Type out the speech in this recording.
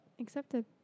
accepted